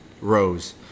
rows